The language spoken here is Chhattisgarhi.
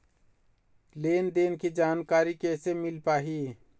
लेन देन के जानकारी कैसे मिल पाही?